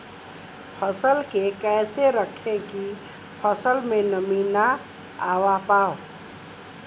फसल के कैसे रखे की फसल में नमी ना आवा पाव?